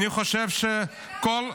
חוק הרבנים.